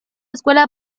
escuela